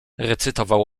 recytował